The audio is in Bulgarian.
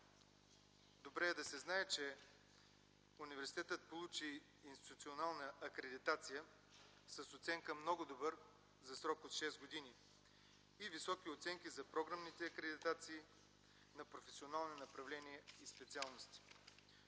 Добре е да се знае, че университетът получи институционална акредитация с оценка „Много добър” за срок от шест години и високи оценки за програмните акредитации на професионални направления и специалности.